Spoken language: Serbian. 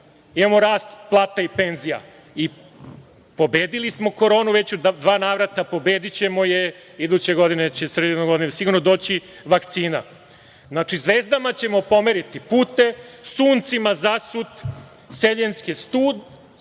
imamo rast plata i penzija, i pobedili smo Koronu već u dva navrata, pobedićemo je. Iduće godine će sigurno doći vakcina."Zvezdama ćemo pomeriti pute, suncima zasut seljenske stude